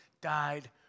died